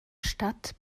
stadt